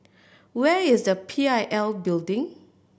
where is the P I L Building